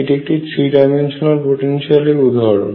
এটি একটি three dimensional potential এর উদাহরণ